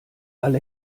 alle